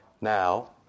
Now